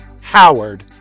Howard